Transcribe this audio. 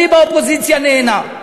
אני באופוזיציה נהנה,